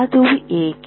ಅದು ಏಕೆ